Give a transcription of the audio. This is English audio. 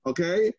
Okay